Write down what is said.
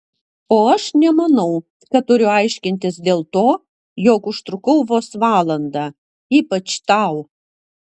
o aš nemanau kad turiu aiškintis dėl to jog užtrukau vos valandą ypač tau